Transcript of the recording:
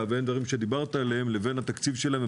ואין את הדברים שאתה דיברת עליהם לבין התקציב שלהם,